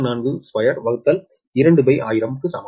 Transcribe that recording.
442your க்கு சமம்